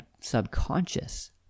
subconscious